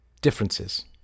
differences